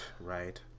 Right